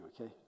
okay